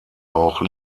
auch